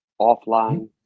offline